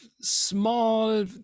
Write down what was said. small